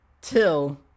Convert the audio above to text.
till